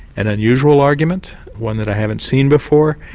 an unusual argument, one that i haven't seen before.